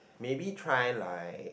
maybe try like